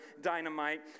dynamite